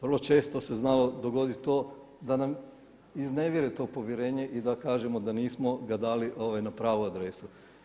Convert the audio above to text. Vrlo često se znalo dogoditi to da nam iznevjere to povjerenje i da kažemo da nismo ga dali na pravu adresu.